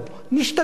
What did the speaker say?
נשתדל".